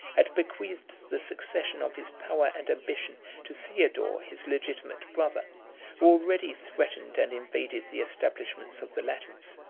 had bequeathed the succession of his power and ambition to theodore, his legitimate brother, who already threatened and invaded the establishments of the latins.